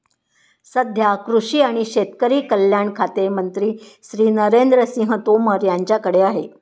सध्या कृषी आणि शेतकरी कल्याण खाते मंत्री श्री नरेंद्र सिंह तोमर यांच्याकडे आहे